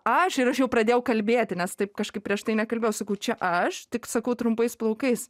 aš ir aš jau pradėjau kalbėti nes taip kažkaip prieš tai nekalbėjau sakau čia aš tik sakau trumpais plaukais